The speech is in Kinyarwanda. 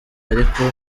ariko